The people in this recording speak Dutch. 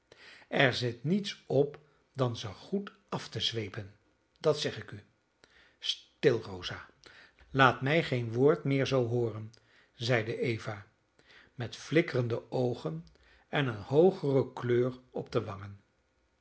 er zit niets op dan ze goed af te zweepen dat zeg ik u stil rosa laat mij geen woord meer zoo hooren zeide eva met flikkerende oogen en een hoogere kleur op de wangen